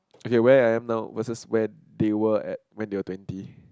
okay where I am now versus where they were at when they were twenty